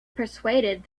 persuaded